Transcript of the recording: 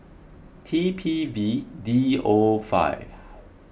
T P V D O five